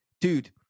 Dude